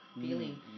feeling